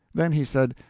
then he said,